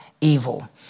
evil